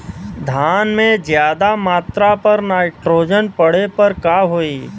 धान में ज्यादा मात्रा पर नाइट्रोजन पड़े पर का होई?